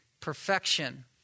perfection